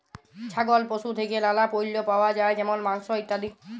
ছাগল পশু থেক্যে লালা পল্য পাওয়া যায় যেমল মাংস, ইত্যাদি